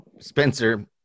spencer